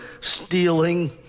stealing